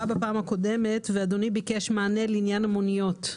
בדיון הקודם ואדוני ביקש מענה לעניין המוניות.